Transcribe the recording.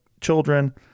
children